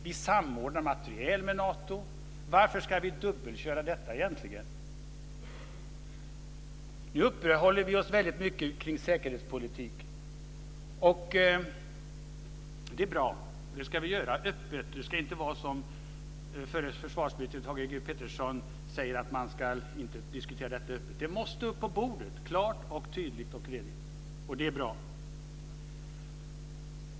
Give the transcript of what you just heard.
Vi samordnar materiel med Nato. Varför ska vi dubbelköra detta? Nu uppehåller vi oss mycket vid säkerhetspolitik. Det är bra. Det ska vi göra öppet. Det ska inte vara som förre försvarsministern Thage G Peterson sade, att man inte ska diskutera detta öppet. Det måste upp på bordet, klart, tydligt och redigt. Det är bra.